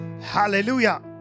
Hallelujah